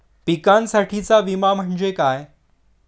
पिकांसाठीचा विमा म्हणजे काय?